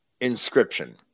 inscription